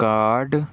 card